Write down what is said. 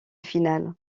finale